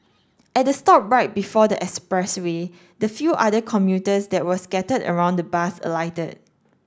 at the stop right before the express way the few other commuters that were scattered around the bus alighted